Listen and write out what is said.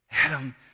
Adam